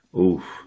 oof